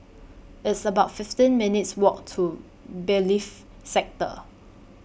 It's about fifteen minutes' Walk to Bailiffs' Sector